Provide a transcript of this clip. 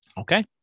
Okay